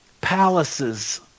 palaces